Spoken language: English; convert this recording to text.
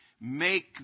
make